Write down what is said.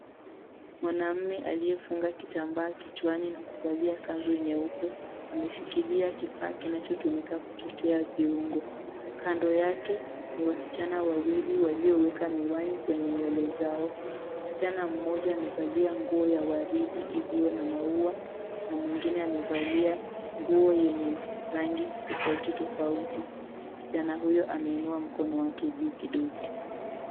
Mwanaume aliyefunga kitambaa kichwani na kuvalia kanzu nyeupe ameshikilia kifaa kinachotumika kuchota viungo. Kando yake ni wasichana wawili walioweka miwani kwenye ny𝑤𝑒le zao. Mshichana mmoja amevalia nguo ya waridi iliyo na maua na mwingine amevalia nguo yenye rangi tofauti tofauti. Msichana huyo ameinua mkono wake juu kidogo.